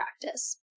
practice